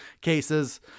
cases